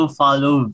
follow